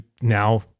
now